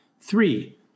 Three